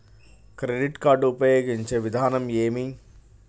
Credit card ఉపయోగించే విధానం ఏమి?